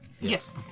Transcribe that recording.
Yes